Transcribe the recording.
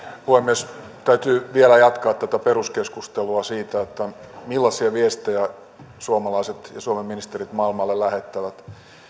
puhemies täytyy vielä jatkaa tätä peruskeskustelua siitä millaisia viestejä suomalaiset ja suomen ministerit maailmalle lähettävät